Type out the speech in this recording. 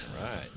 right